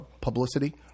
publicity